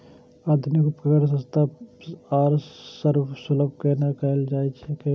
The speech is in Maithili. आधुनिक उपकण के सस्ता आर सर्वसुलभ केना कैयल जाए सकेछ?